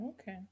Okay